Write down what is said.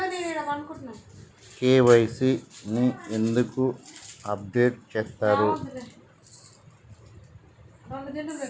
KYC ని ఎందుకు update చేత్తరు?